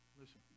listen